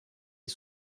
les